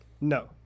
No